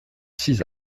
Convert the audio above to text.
six